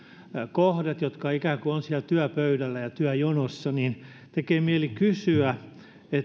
kohdat jotka ovat ikään kuin siellä työpöydällä ja työjonossa niin tekee mieli kysyä